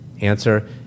Answer